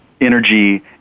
energy